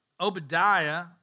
Obadiah